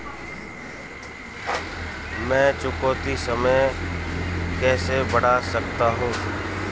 मैं चुकौती समय कैसे बढ़ा सकता हूं?